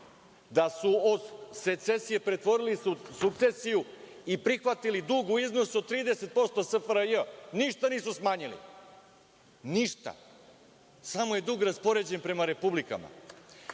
da su od secesije pretvorili sukcesiju i prihvatili dug u iznosu od 30% SFRJ? Ništa nisu smanjili. Ništa. Samo je dug raspoređen prema republikama.